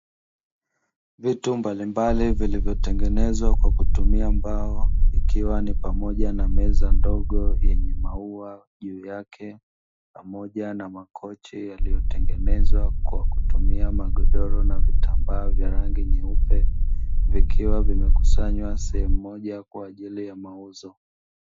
Vitu mbalimbali vilivyotengenezwa kwa kutumia mbao, ikiwa ni pamoja na meza ndogo yenye maua juu yake, pamoja na makochi yaliyotengenezwa kwa kutumia magodoro na vitambaa vya rangi nyeupe; vikiwa vimekusanywa sehemu moja kwa ajili ya mauzo.